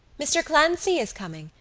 mr. clancy is coming,